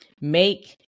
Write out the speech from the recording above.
Make